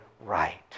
right